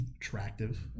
attractive